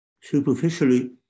Superficially